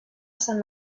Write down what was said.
sant